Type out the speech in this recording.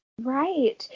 Right